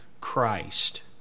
Christ